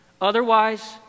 Otherwise